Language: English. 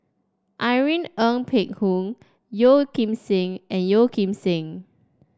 Irene Ng Phek Hoong Yeo Kim Seng and Yeo Kim Seng